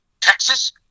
Texas